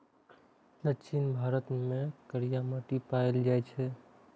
दक्षिण भारत मे करिया माटि पाएल जाइ छै